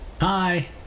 Hi